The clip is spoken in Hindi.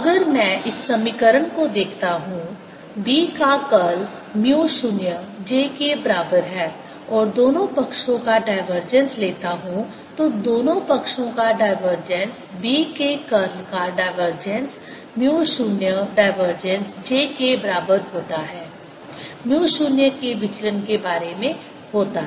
अगर मैं इस समीकरण को देखता हूं B का कर्ल म्यू 0 j के बराबर है और दोनों पक्षों का डाइवर्जेंस लेता हूं तो दोनों पक्षों का डाइवर्जेंस b के कर्ल का डाइवर्जेंस म्यू 0 डाइवर्जेंस j के बराबर होता है म्यू 0 के विचलन के बराबर होता है